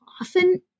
Often